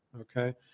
Okay